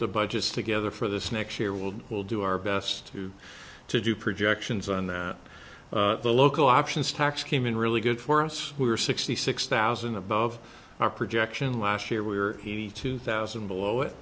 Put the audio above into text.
the budgets together for this next year we'll we'll do our best to to do projections on that the local options tax came in really good for us we were sixty six thousand above our projection last year we are the two thousand and below it